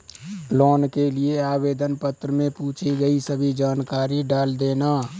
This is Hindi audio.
लोन के लिए आवेदन पत्र में पूछी गई सभी जानकारी डाल देना